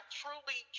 truly